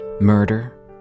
Murder